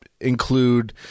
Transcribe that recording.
include